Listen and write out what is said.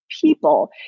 people